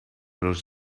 los